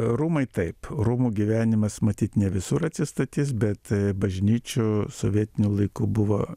rūmai taip rūmų gyvenimas matyt ne visur atsistatys bet bažnyčių sovietiniu laiku buvo